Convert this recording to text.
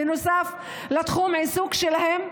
בנוסף לתחום העיסוק שלהם.